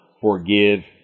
forgive